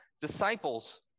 disciples